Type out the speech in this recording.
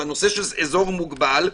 בנושא של אזור מוגבל,